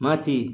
माथि